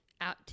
out